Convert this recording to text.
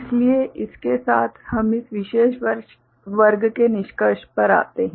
इसलिए इसके साथ हम इस विशेष वर्ग के निष्कर्ष पर आते हैं